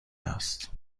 است